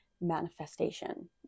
manifestation